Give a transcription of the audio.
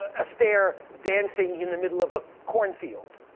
astaire dancing in the middle of a corn field,